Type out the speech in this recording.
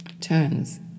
turns